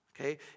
okay